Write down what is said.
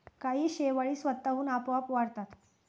काही शेवाळी स्वतःहून आपोआप वाढतात